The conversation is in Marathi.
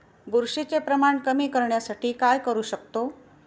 बुरशीचे प्रमाण कमी करण्यासाठी काय करू शकतो?